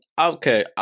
Okay